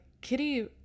Kitty